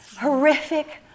horrific